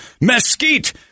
mesquite